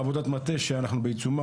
בעבודת המטה שאנחנו בעיצומה,